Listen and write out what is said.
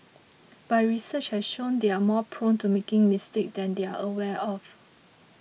but research has shown they are more prone to making mistakes than they are aware of